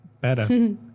better